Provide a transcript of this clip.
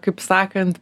kaip sakant